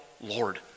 Lord